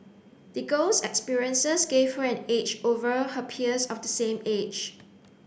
the girl's experiences gave her an edge over her peers of the same age